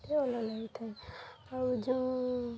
ଟିକେ ଅଲଗା ଲାଗିଥାଏ ଆଉ ଯେଉଁ